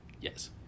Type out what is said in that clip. Yes